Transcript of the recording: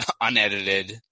unedited